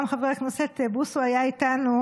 גם חבר הכנסת בוסו היה איתנו,